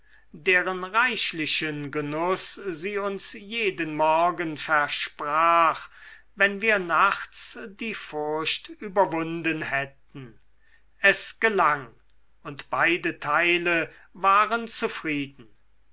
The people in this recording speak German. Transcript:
deren reichlichen genuß sie uns jeden morgen versprach wenn wir nachts die furcht überwunden hätten es gelang und beide teile waren zufrieden